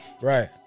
Right